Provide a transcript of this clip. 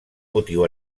motiu